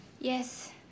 Yes